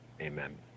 Amen